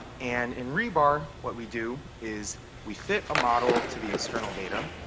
and in rebar, what we do is we fit a model to the external data.